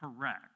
correct